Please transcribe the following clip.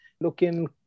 looking